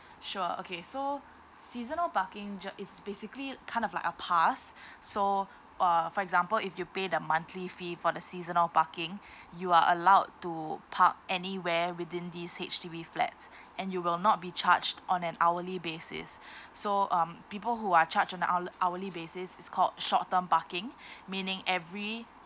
sure okay so seasonal parking ju~ is basically kind of like a pass so uh for example if you pay the monthly fee for the seasonal parking you are allowed to park anywhere within these H_D_B flats and you will not be charged on an hourly basis so um people who are charged on a hourl~ hourly basis is called short term parking meaning every